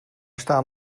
staan